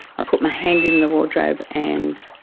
i put my hand in the wardrobe and